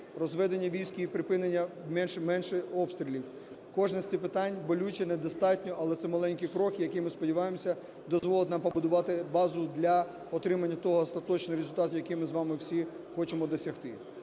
розведення військ і припинення... менше обстрілів – кожне з цих питань болюче, недостатньо, але це маленький крок, який, ми сподіваємося, дозволить нам побудувати базу для отримання того остаточного результату, який ми з вами всі хочемо досягти.